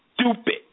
stupid